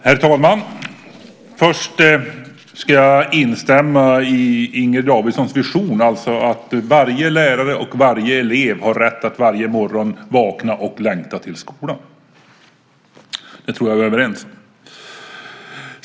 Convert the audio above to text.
Herr talman! Först ska jag instämma i Inger Davidsons vision att varje lärare och varje elev har rätt att varje morgon vakna och längta till skolan. Den tror jag att vi är överens om.